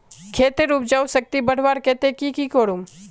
खेतेर उपजाऊ शक्ति बढ़वार केते की की करूम?